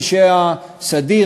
אנשי הסדיר,